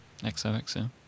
XOXO